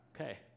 Okay